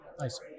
Nice